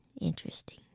interesting